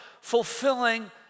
fulfilling